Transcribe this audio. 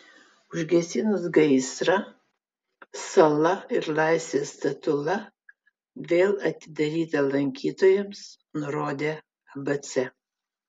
užgesinus gaisrą sala ir laisvės statula vėl atidaryta lankytojams nurodė abc